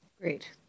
Great